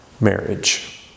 marriage